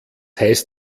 heißt